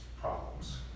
problems